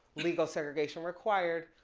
legal segregation required,